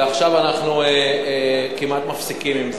ועכשיו אנחנו כמעט מפסיקים עם זה,